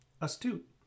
Astute